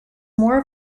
more